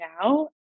now